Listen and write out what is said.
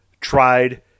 tried